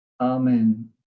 Amen